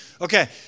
okay